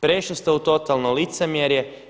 Prešli ste u totalno licemjerje.